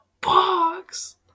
box